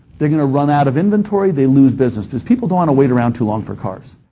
they're going to run out of inventory they lose business because people don't want to wait around too long for cars.